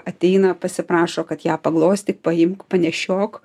ateina pasiprašo kad ją paglostyk paimk panešiok